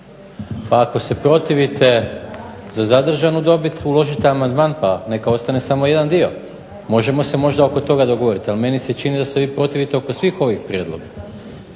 Pa ako se protivite za zadržanu dobit uložite amandman pa neka ostane samo jedan dio. Možemo se možda oko toga dogovoriti, ali meni se čini da se vi protivite oko svih ovih prijedloga.